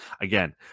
again